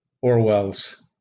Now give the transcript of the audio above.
Orwell's